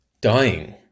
dying